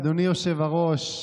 אדוני היושב-ראש,